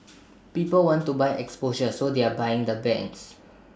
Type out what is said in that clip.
people want to buy exposure so they're buying the banks